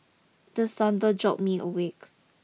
the thunder jolt me awake